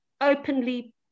openly